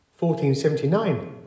1479